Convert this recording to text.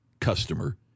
customer